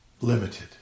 Limited